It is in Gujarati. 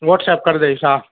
વૉટ્સઅપ કરી દઇશ હા